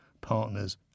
partners